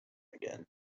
again